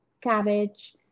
cabbage